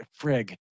frig